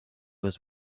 was